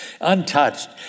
untouched